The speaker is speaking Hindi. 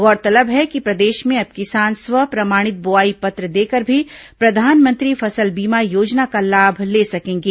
गौरतलब है कि प्रदेश में अब किसान स्व प्रमाणित बोआई पत्र देकर भी प्रधानमंत्री फसल बीमा योजना का लाभ ले सकेंगे